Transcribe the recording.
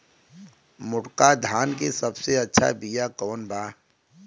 मोटका धान के सबसे अच्छा बिया कवन बा?